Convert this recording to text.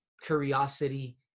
curiosity